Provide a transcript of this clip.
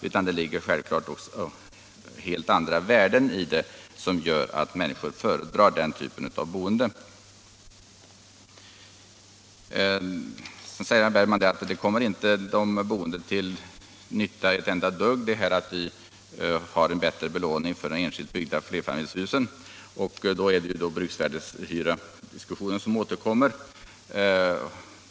Självklart ligger det också helt andra värden i småhusboendet som gör att människor föredrar den typen av boende. Herr Bergman säger att det inte kommer de boende till nytta ett enda dugg att vi har en bättre belåning för enskilt byggda flerfamiljshus. Där är det diskussionen om bruksvärdeshyran som återkommer.